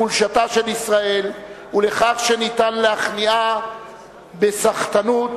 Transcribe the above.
לחולשתה של ישראל ולכך שניתן להכניע אותה בסחטנות,